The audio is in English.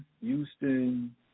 Houston